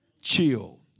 Chill